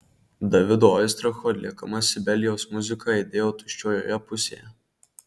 davido oistracho atliekama sibelijaus muzika aidėjo tuščiojoje pusėje